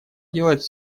делать